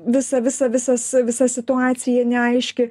visa visa visas visa situacija neaiški